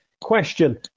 question